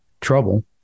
trouble